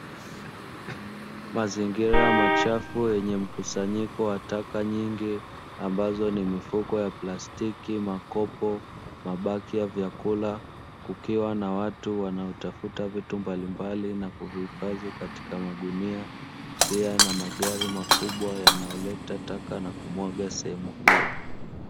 Mazingira machafu yenye mkusanyiko wa taka nyingi ambazo ni mifuko ya plastiki, makopo, mabaki ya vyakula; kukiwa na watu wanaotafuta vitu mbalimbali na kuvihifadhi katika magunia, pia na magari makubwa yanayoleta taka na kumwaga sehemu hiyo.